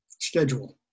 schedule